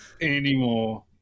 anymore